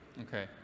Okay